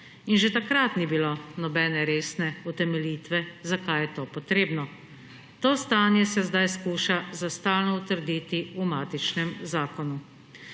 in že takrat ni bilo nobene resne utemeljitve, zakaj je to potrebno. To stanje se sedaj skuša za stalno utrditi v matičnem zakonu.